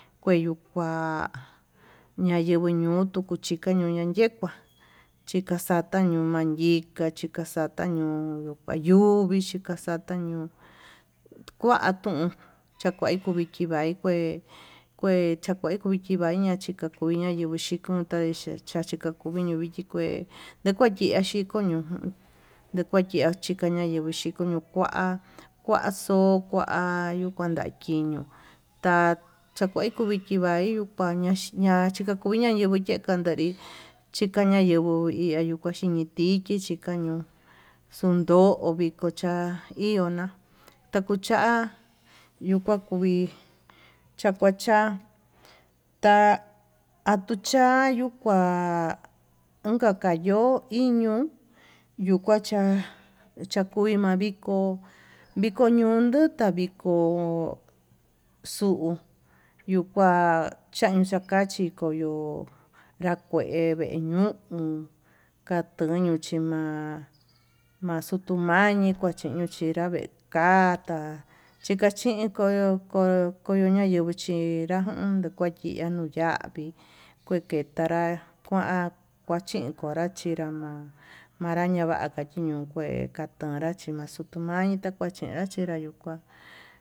Kueyukua ñayenguo ñutuu ñayekuá chikaxata yumanyi, tachika xata yuu kayuvi xhikaxata ñuu kuatun chakuai kuu viki vai kué kue chakua uchivaña chikakuiña yuvii xhiko, ñuu kua kuaxu kua yuu kuatan yiño'o ta'a chakuai kuviki kuañi ñuu kua ña'a ña chikakuña yenguó, kuu yee kandari chikañayenguo hi iha yuu kua xhiniti chi chikañuu xundo'o uviko chaí iho na'a takucha yuu kua kuu vii chakuacha, ta'a atucha yuu kua unka kayo'o iño'o yuu kuacha chakui ma'a viko viko ñunda taviko xuu yuu kua taun takachi yo'o kuakue vee ñu'u katuñu chima'a maxutumañi chiñuchia vee ka'a kata chinka chinko ko koño ña'a yenguo chinrá uun nukuchia nuu yavii, kue ketanra kua kuachin konra kinrá na'a manraña vaka chiño'o kue kaxonra chimachutu ma'a mai takachenra makuyu yuu kuá.